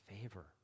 favor